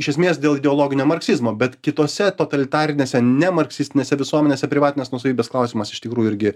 iš esmės dėl ideologinio marksizmo bet kitose totalitarinėse ne marksistinėse visuomenėse privatinės nuosavybės klausimas iš tikrųjų irgi